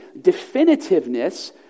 definitiveness